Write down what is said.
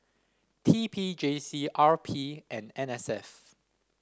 T P J C R P and N S F